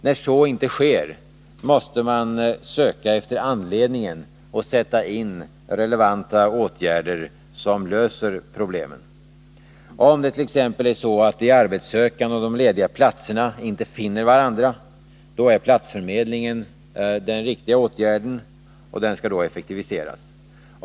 När så inte sker, måste man söka efter anledningen och sätta in relevanta åtgärder som löser problemen. Om det t.ex. är så att de arbetssökande och de lediga platserna inte ”finner varandra”, är platsförmedlingen den riktiga utvägen, och den skall då effektiviseras.